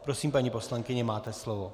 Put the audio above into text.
Prosím, paní poslankyně, máte slovo.